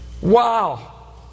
Wow